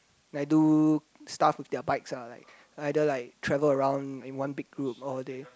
like do stuff with their bikes ah like either like travel around in one big group or they